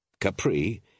Capri